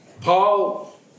Paul